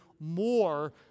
more